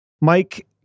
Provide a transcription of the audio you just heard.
Mike